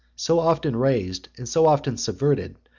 so often raised and so often subverted,